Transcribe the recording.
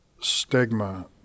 stigma